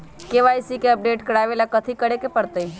KYC के update करवावेला कथि करें के परतई?